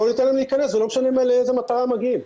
בואו ניתן להם להיכנס ולא משנה לאיזה מטרה הם מגיעים.